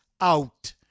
out